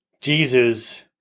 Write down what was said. Jesus